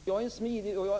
Fru talman! Jag är smidig och